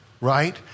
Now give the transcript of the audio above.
right